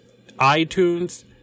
iTunes